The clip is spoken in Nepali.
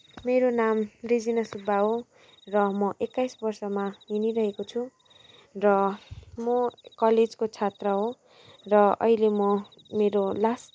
मेरो नाम रेजिना सुब्बा हो र म एक्काइस वर्षमा हिँडिरहेको छु र म कलेजको छात्रा हो र अहिले म मेरो लास्ट